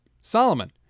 Solomon